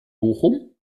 bochum